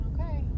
Okay